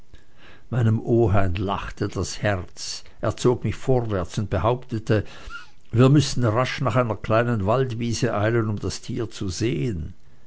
meinem oheim lachte das herz er zog mich vorwärts und behauptete wir müßten rasch nach einer kleinen waldwiese eilen um das tier zu sehen